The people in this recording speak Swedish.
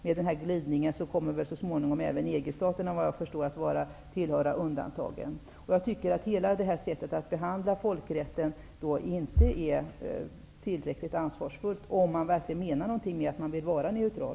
Med den här glidningen kommer väl så småningom även EG-staterna, såvitt jag förstår, att tillhöra undantagen. Jag tycker inte att det är tillräckligt ansvarsfullt att behandla folkrätten på detta sätt, om man verkligen menar något med det man säger om att man vill vara neutral.